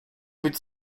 być